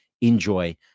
enjoy